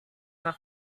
that